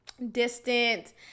distant